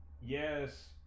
yes